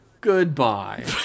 Goodbye